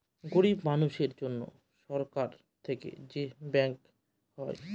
গরিব মানুষের জন্য সরকার থেকে যে ব্যাঙ্ক হয়